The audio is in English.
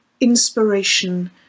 inspiration